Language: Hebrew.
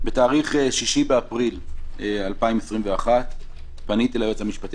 בתאריך 6 באפריל 2021 פניתי ליועץ המשפטי